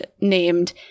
named